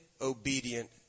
obedient